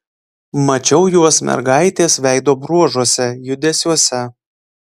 mačiau juos mergaitės veido bruožuose judesiuose